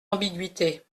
ambiguïté